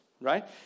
right